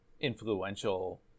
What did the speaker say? influential